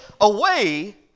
away